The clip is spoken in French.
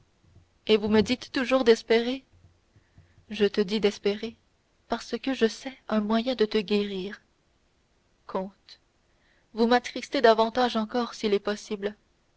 et vous me dites toujours d'espérer je te dis d'espérer parce que je sais un moyen de te guérir comte vous m'attristez davantage encore s'il est possible